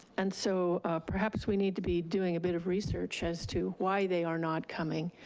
and so perhaps we need to be doing a bit of research as to why they are not coming,